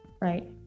Right